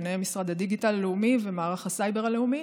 ובהם משרד הדיגיטל הלאומי ומערך הסייבר הלאומי.